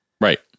Right